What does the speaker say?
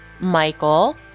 Michael